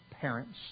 parents